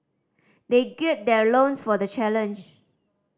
they gird their loins for the challenge